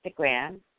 Instagram